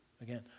again